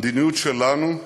המדיניות שלנו מבוססת,